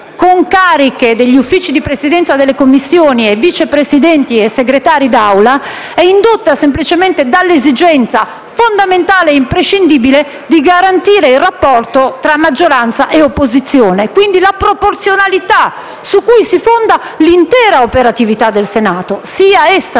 con cariche negli Uffici di Presidenza delle Commissioni, dei Vice Presidenti e dei Segretari d'Assemblea è indotta semplicemente dall'esigenza fondamentale e imprescindibile di garantire il rapporto tra maggioranza e opposizione e, quindi, la proporzionalità su cui si fonda l'intera operatività del Senato in sede